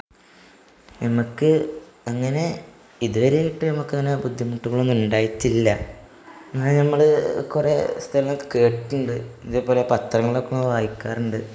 നമുക്ക് അങ്ങനെ ഇതുവരേയിട്ടമക്കങ്ങനെ ബുദ്ധിമുട്ടുകളൊന്നുണ്ടായിട്ടില്ല എന്നാല് നമ്മള് കുറേ സ്ഥലമൊക്കെ കേട്ടിട്ടുണ്ട് ഇതേപോലെ പത്രങ്ങളൊക്കെ വായിക്കാറുണ്ട്